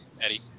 Eddie